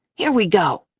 here we go.